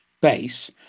base